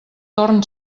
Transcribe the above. torn